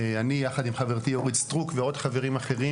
אני יחד עם חברתי אורית סטרוק ועוד חברים אחרים,